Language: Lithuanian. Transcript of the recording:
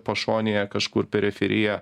pašonėje kažkur periferija